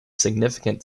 significant